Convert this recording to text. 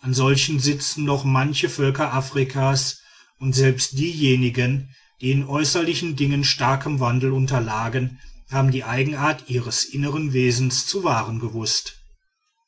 an solchen sitzen noch manche völker afrikas und selbst diejenigen die in äußerlichen dingen starkem wandel unterlagen haben die eigenart ihres innern wesens zu wahren gewußt